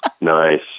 Nice